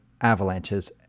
avalanches